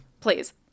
Please